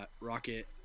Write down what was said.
Rocket